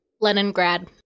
Leningrad